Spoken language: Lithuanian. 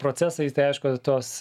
procesai tai aišku tuos